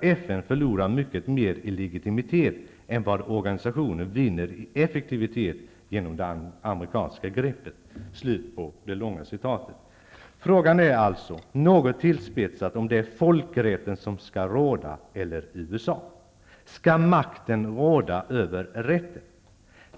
FN förlorar mycket mer i legitimitet än vad organisationen vinner i effektivitet genom det amerikanska greppet. Frågan är alltså, något tillspetsat, om det är folkrätten som skall råda eller USA. Skall makten råda över rätten?